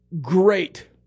Great